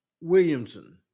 Williamson